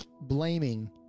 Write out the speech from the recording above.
blaming